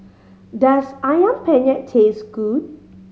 does Ayam Penyet taste good